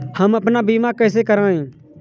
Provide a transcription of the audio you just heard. हम अपना बीमा कैसे कराए?